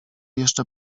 jeszcze